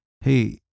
hey